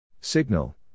Signal